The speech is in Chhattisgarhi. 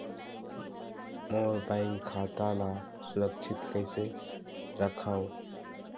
मोर बैंक खाता ला सुरक्षित कइसे रखव?